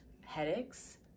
headaches